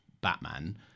Batman